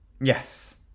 Yes